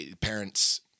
parents